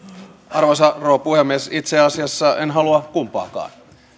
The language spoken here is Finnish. arvoisa rouva puhemies itse asiassa en halua kumpaakaan